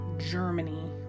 Germany